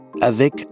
avec